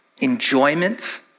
enjoyment